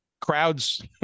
crowds